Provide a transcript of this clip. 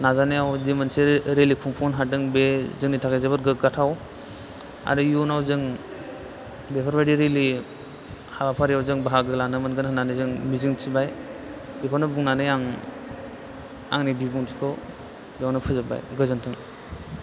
नाजानायावदि मोनसे रिलि खुंफुंनो हादों बे जोंनि थाखाय जोबोद गोग्गाथाव आरो इयुनाव जों बेफोर बायदि रिलि हाबाफारियाव जों बाहागो लानो मोनगोन होनानै जों मिजिंथिबाय बेखौनो बुंनानै आं आंनि बिबुंथिखौ बेयावनो फोजोबबाय गोजोन्थों